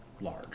large